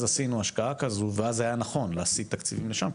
אז עשינו השקעה כזו ואז זה היה נכון להשיג תקציבים לשם,